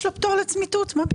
לא.